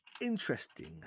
interesting